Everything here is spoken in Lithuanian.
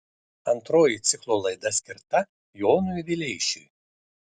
antroji ciklo laida skirta jonui vileišiui